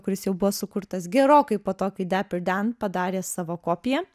kuris jau buvo sukurtas gerokai po to kai deper dan padarė savo kopiją